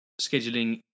scheduling